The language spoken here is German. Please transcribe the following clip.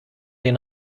den